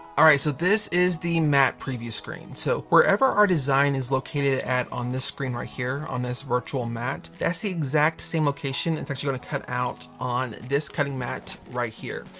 alright, so this is the mat preview screen. so wherever our design is located at on this screen right here, on this virtual mat, that's the exact same location it's actually going to cut out on this cutting mat right here.